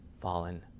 fallen